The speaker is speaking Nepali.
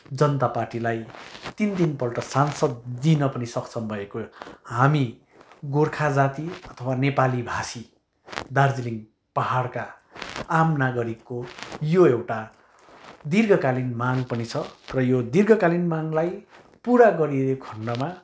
जनता पार्टीलाई तिन तिनपल्ट सांसद दिन पनि सक्षम भएको हामी गोर्खा जाति अथवा नेपाली भाषी दार्जिलिङ पाहाडका आम नागरिकको यो एउटा दिर्घकालीन माग पनि छ र यो दिर्घकालीन मागलाई पुरा गरिए खन्डमा